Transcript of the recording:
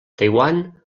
taiwan